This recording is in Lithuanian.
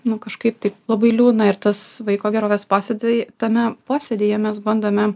nu kažkaip taip labai liūdna ir tas vaiko gerovės posėdy tame posėdyje mes bandome